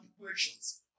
equations